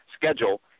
schedule